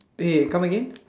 pay come again